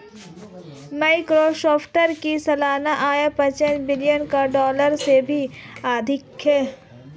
Microsoft की सालाना आय पांच बिलियन डॉलर से भी अधिक है